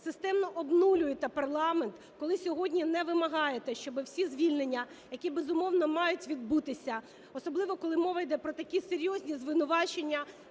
системно обнулюєте парламент, коли сьогодні не вимагаєте, щоб всі звільнення, які, безумовно, мають відбутися, особливо коли мова йде про такі серйозні звинувачення